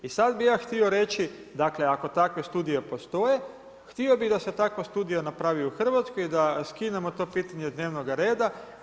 I sad bih ja htio reći, dakle ako takve studije postoje, htio bih da se takva studija napravi u Hrvatskoj, da skinemo to pitanje sa dnevnoga reda.